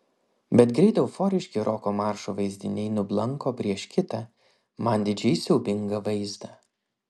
bet greit euforiški roko maršo vaizdiniai nublanko prieš kitą man didžiai siaubingą vaizdą